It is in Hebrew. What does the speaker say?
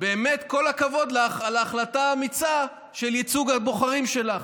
באמת כל הכבוד לך על ההחלטה האמיצה של ייצוג הבוחרים שלך.